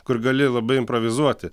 kur gali labai improvizuoti